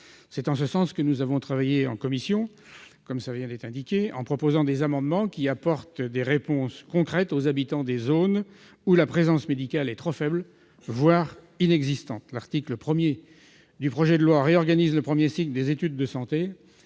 C'est en ce sens que nous avons travaillé en commission, proposant des amendements qui apportent des réponses concrètes aux habitants des zones où la présence médicale est trop faible, voire inexistante. L'article 1 du projet de loi réorganise le premier cycle des études de santé.